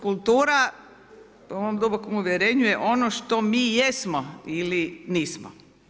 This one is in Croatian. Kultura po mom dubokom uvjerenju je ono što mi jesmo ili nismo.